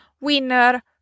Winner